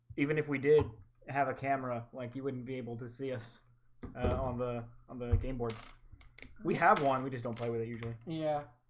even if we did have a camera like you wouldn't be able to see us um i'm gonna game board we have one. we just don't play with it usually yeah,